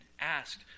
asked